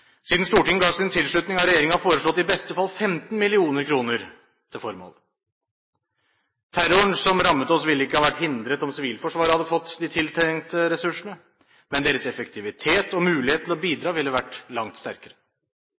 Siden Stortinget ga sin tilslutning har regjeringen foreslått i beste fall 15 mill. kr til formålet. Terroren som rammet oss ville ikke vært hindret om Sivilforsvaret hadde fått de tiltrengte ressursene, men deres effektivitet og mulighet til å bidra ville vært langt sterkere.